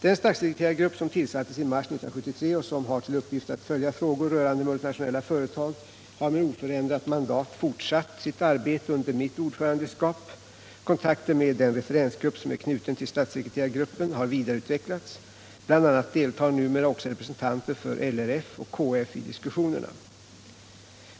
Den statssekreterargrupp som tillsattes i mars 1973 och som har till uppgift att följa frågor rörande multinationella företag har med oförändrat mandat fortsatt sitt arbete under mitt ordförandeskap. Kontakter med den referensgrupp som är knuten till statssekreterargruppen har vidareutvecklats. Bl. a. deltar numera också representanter för LRF och KF i diskussionerna.